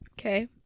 Okay